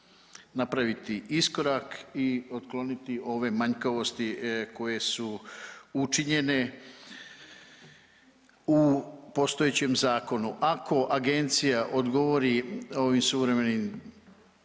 napraviti iskorak i otkloniti ove manjkavosti koje su učinjene u postojećem zakonu? Ako agencija odgovori ovim suvremenim,